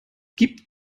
gibt